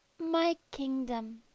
my kingdom